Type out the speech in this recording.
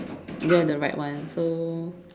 you don't have the right one so